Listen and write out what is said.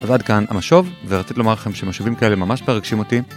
אז עד כאן המשוב, ורציתי לומר לכם שמשובים כאלה ממש מרגשים אותי.